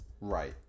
Right